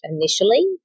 initially